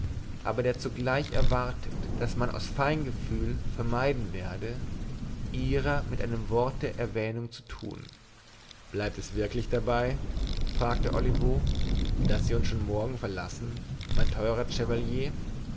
aber der zugleich erwartet daß man aus feingefühl vermeiden werde ihrer mit einem worte erwähnung zu tun bleibt es wirklich dabei fragte olivo daß sie uns schon morgen verlassen mein teurer chevalier